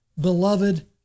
beloved